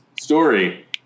story